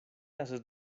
haces